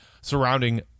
surrounding